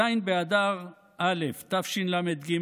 בז' באדר א' תשל"ג,